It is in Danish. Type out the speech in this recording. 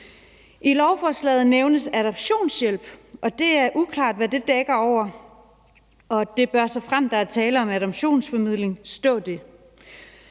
I lovforslaget nævnes der adoptionshjælp. Det er uklart, hvad det dækker over, og det bør, såfremt der er tale om adoptionsformidling, stå der.